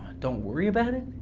don't worry about it?